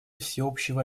всеобщего